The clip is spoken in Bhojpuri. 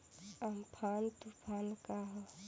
अमफान तुफान का ह?